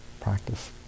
practice